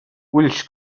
ulls